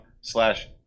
slash